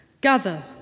gather